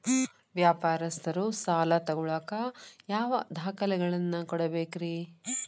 ವ್ಯಾಪಾರಸ್ಥರು ಸಾಲ ತಗೋಳಾಕ್ ಯಾವ ದಾಖಲೆಗಳನ್ನ ಕೊಡಬೇಕ್ರಿ?